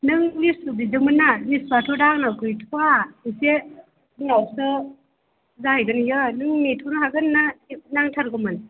नों लिसु बिदोंमोन ना लिसुआथ' दा आंनाव गैथ'आ एसे उनावसो जाहैगोन बेयो नों नेथ'नो हागोन ना नांथारगौमोन